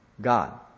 God